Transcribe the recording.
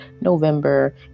November